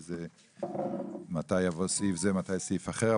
של מתי יבוא סעיף זה ומתי סעיף אחר.